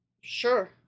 Sure